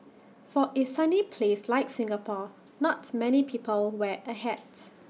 for A sunny place like Singapore not many people wear A hats